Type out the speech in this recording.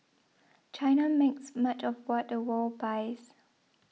China makes much of what the world buys